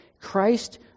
Christ